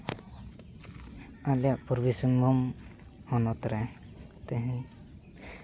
ᱟᱞᱮᱭᱟᱜ ᱯᱩᱨᱵᱤ ᱥᱤᱝᱵᱷᱩᱢ ᱦᱚᱱᱚᱛ ᱨᱮ ᱛᱮᱦᱮᱧ